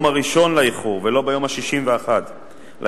הראשון לאיחור ולא ביום ה-61 לאיחור,